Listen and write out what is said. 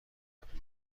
مرتب